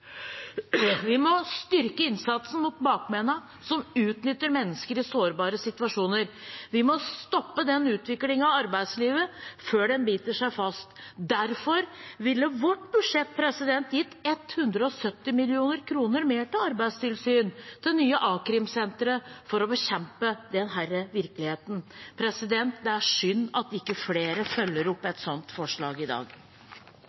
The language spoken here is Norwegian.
Vi må styrke innsatsen mot bakmennene som utnytter mennesker i sårbare situasjoner. Vi må stoppe den utviklingen av arbeidslivet før den biter seg fast. Derfor ville vårt budsjett gitt 170 mill. kr mer til arbeidstilsyn og til nye a-krimsentre for å bekjempe denne virkeligheten. Det er synd at ikke flere følger opp et sånt forslag i dag.